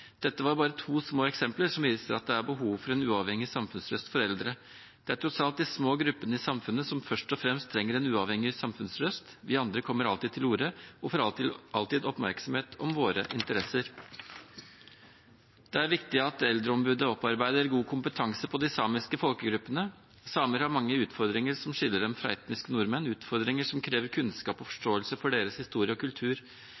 Dette var bare to små eksempler som viser at det er behov for en uavhengig samfunnsrøst for eldre. Det er tross alt de små gruppene i samfunnet som først og fremst trenger en uavhengig samfunnsrøst. Vi andre kommer alltid til orde og får alltid oppmerksomhet om våre interesser. Det er viktig at Eldreombudet opparbeider god kompetanse på de samiske folkegruppene. Samer har mange utfordringer som skiller dem fra etniske nordmenn, utfordringer som krever kunnskap og